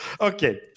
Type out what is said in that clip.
Okay